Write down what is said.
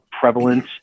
prevalent